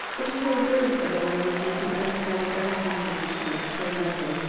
it is no good, said the landlady. he understands everything but he can explain nothing.